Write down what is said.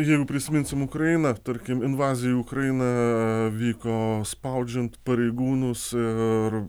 jeigu prisiminsim ukrainą tarkim invazija į ukrainą vyko spaudžiant pareigūnus ir